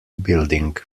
building